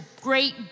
great